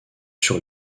sur